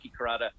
Karada